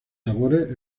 sabores